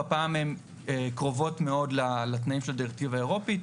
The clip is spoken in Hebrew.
הפעם הן קרובות מאוד לתנאים של הדירקטיבה האירופי,